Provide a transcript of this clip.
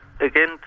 Again